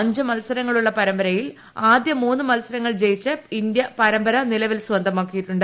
അഞ്ചു മത്സരങ്ങളുള്ള പരമ്പരയിൽ ആദ്യ മൂന്നു മത്സരങ്ങൾ ജയിച്ച് ഇന്ത്യ പരമ്പര സ്വന്തമാക്കിയിട്ടുണ്ട്